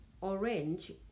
orange